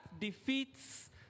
defeats